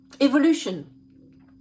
evolution